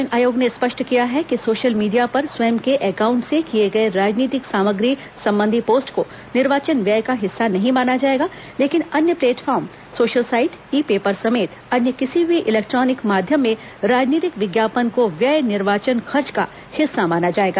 निर्वाचन आयोग ने स्पष्ट किया है कि सोशल मीडिया पर स्वयं के अकाउंट से किये गए राजनीतिक सामग्री संबंधी पोस्ट को निर्वाचन व्यय का हिस्सा नहीं माना जाएगा लेकिन अन्य platform social site e paper समेत अन्य किसी भी इलेक्ट्रॉनिक माध्यम में राजनीतिक विज्ञापन को व्यय निर्वाचन खर्च का हिस्सा माना जाएगा